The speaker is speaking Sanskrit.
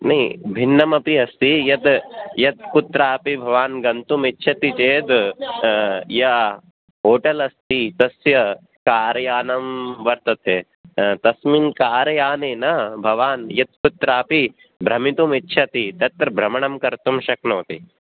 नै भिन्नमपि अस्ति यत् यत् कुत्रापि भवान् गन्तुमिच्छति चेद् या होटेल् अस्ति तस्य कार्यानं वर्तते तस्मिन् कारयानेन भवान् यत्र कुत्रापि भ्रमितुमिच्छति तत्र भ्रमणं कर्तुं शक्नोति